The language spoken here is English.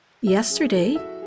Yesterday